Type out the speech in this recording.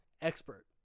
Expert